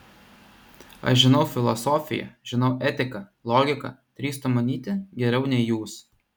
aš žinau filosofiją žinau etiką logiką drįstu manyti geriau nei jūs